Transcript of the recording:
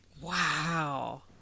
Wow